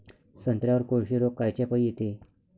संत्र्यावर कोळशी रोग कायच्यापाई येते?